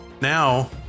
Now